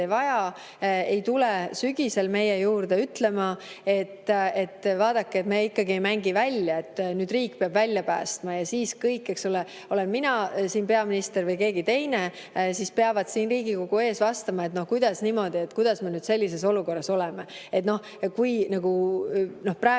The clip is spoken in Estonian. ei vaja, ei tule sügisel meie juurde ütlema, et vaadake, me ikkagi ei mängi välja, nüüd riik peab välja päästma. Ja siis kõik, olen mina siin peaminister või keegi teine, peavad siin Riigikogu ees vastama, kuidas niimoodi, kuidas me nüüd sellises olukorras oleme. Praegu lihtsalt me